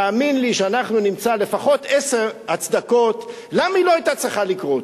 תאמין לי שאנחנו נמצא לפחות עשר הצדקות למה היא לא היתה צריכה לקרות.